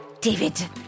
David